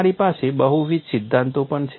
તમારી પાસે બહુવિધ સિદ્ધાંતો પણ છે